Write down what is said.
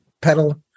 pedal